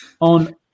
on